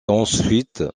ensuite